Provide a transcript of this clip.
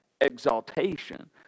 exaltation